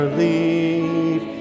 leave